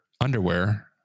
underwear